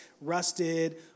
rusted